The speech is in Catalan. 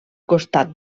costat